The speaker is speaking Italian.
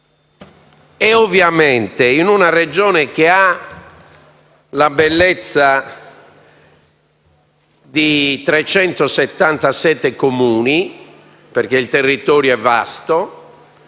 in meno, in una Regione che ha la bellezza di 377 Comuni (perché il territorio è vasto),